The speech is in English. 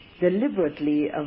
deliberately